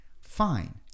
fine